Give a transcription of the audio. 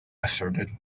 asserted